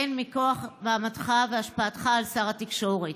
והן מכוח מעמדך והשפעתך על שר התקשורת.